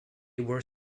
were